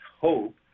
HOPE